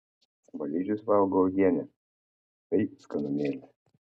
smaližius valgo uogienę tai skanumėlis